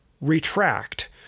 retract